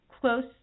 close